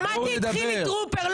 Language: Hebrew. שמעת את חילי טרופר,